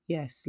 Yes